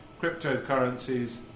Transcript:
Cryptocurrencies